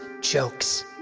jokes